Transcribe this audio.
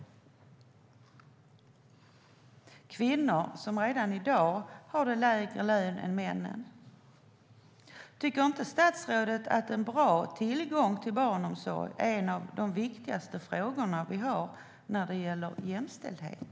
Det rör alltså i stor utsträckning kvinnor som redan i dag har lägre lön än männen. Tycker inte statsrådet att en bra tillgång till barnomsorg är en av de viktigaste frågorna när det gäller jämställdhet?